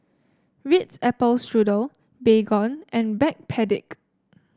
Ritz Apple Strudel Baygon and Backpedic